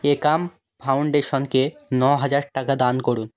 একাম ফাউন্ডেশনকে ন হাজার টাকা দান করুন